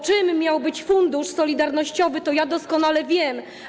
Czym miał być Fundusz Solidarnościowy, to ja doskonale wiem.